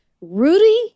Rudy